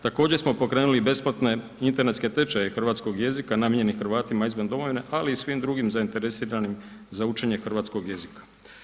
Također smo pokrenuli i besplatne internetske tečajeve hrvatskog jezika namijenjenih Hrvatima izvan domovine, ali i svim drugim zainteresiranim za učenje hrvatskog jezika.